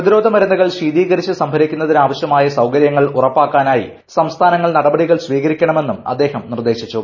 പ്രതിരോധമരുന്നുകൾ ശീതീകരിച്ചു സഭരിക്കുന്നതിനു ആവശ്യമായ സൌകര്യങ്ങൾ ഉറപ്പാക്കാനായി സംസ്ഥാനങ്ങൾ നടപടികൾ സ്വീകരിക്കണമെന്നും അദ്ദേഹം നിർദ്ദേശിച്ചു